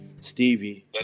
Stevie